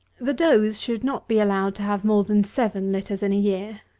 the does should not be allowed to have more than seven litters in a year.